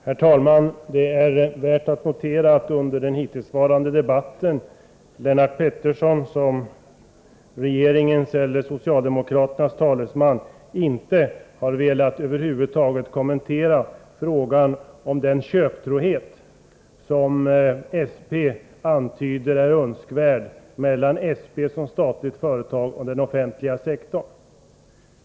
Herr talman! Det är värt att notera att under den hittillsvarande debatten har Lennart Pettersson som regeringens eller socialdemokraternas talesman över huvud taget inte velat kommentera frågan om den köptrohet som Svenska Petroleum antyder är önskvärd mellan SP som statligt företag och den offentliga sektorn.